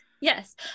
Yes